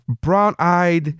brown-eyed